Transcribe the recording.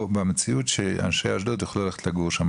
במציאות שאנשי אשדוד יוכלו ללכת לגור שם.